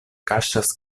kaŝas